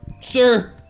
Sir